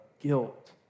guilt